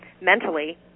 mentally